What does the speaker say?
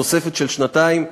תוספת של שנתיים,